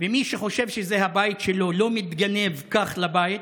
מי שחושב שזה הבית שלו, לא מתגנב כך לבית.